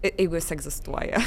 jeigu jis egzistuoja